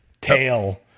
tail